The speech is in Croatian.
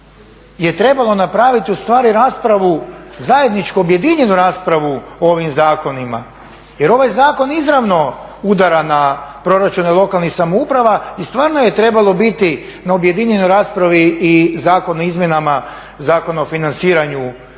trebalo napraviti raspravu zajedničku objedinjenu raspravu o ovim zakonima jer ovaj zakon izravno udara na proračune lokalnih samouprava i stvarno je trebalo biti na objedinjenoj raspravi i Zakon o izmjenama zakona o financiranju